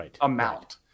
amount